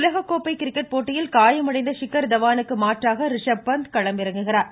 உலக கோப்பை கிரிக்கெட் போட்டியில் காயமடைந்த ஷிக்கர் தவாணுக்கு மாற்றாக ரிஷப் பாந்த் களமிறங்குகிறார்